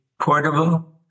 portable